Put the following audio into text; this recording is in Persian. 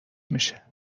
میشه